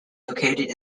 located